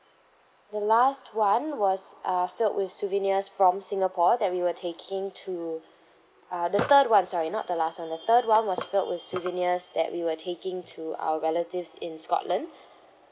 the last one was err filled with souvenirs from singapore that we were taking to uh the third one sorry not the last one the third one was filled with souvenirs that we were taking to our relatives in scotland